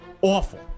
Awful